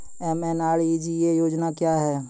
MNREGA योजना क्या हैं?